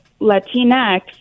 Latinx